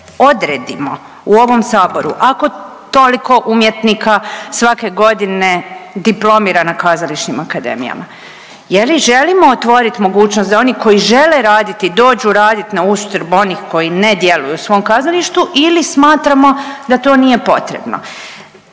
odredimo u ovom Saboru ako toliko umjetnika svake godine diplomira na kazališnim akademija, je li želimo otvoriti mogućnost da oni koji žele raditi dođu raditi na uštrb onih koji ne djeluju u svom kazalištu ili smatramo da to nije potrebno.